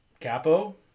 capo